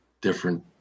different